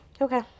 okay